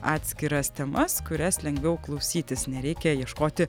atskiras temas kurias lengviau klausytis nereikia ieškoti